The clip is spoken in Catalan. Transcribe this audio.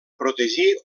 protegir